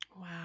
Wow